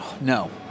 no